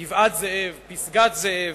גבעת-זאב, פסגת-זאב,